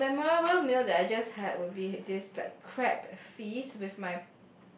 oh a memorable meal I just had would be this like crab feast with my